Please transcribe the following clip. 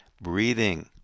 breathing